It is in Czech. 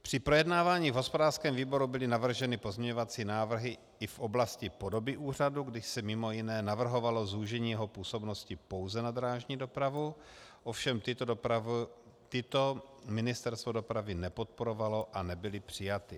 Při projednávání v hospodářském výboru byly navrženy pozměňovací návrhy i v oblasti podoby úřadu, kdy se mimo jiné navrhovalo zúžení jeho působnosti pouze na drážní dopravu, ovšem tyto Ministerstvo dopravy nepodporovalo a nebyly přijaty.